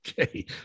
Okay